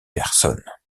personne